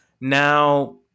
Now